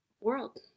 world